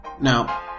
Now